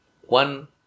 One